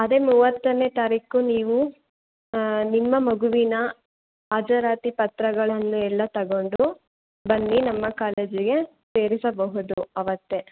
ಅದೇ ಮೂವತ್ತನೇ ತಾರೀಕು ನೀವು ನಿಮ್ಮ ಮಗುವಿನ ಹಾಜರಾತಿ ಪತ್ರಗಳನ್ನು ಎಲ್ಲ ತೊಗೊಂಡು ಬನ್ನಿ ನಮ್ಮ ಕಾಲೇಜಿಗೆ ಸೇರಿಸಬಹುದು ಅವತ್ತೇ